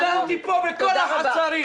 אני נרדף וגרתי פה בכל החצרים.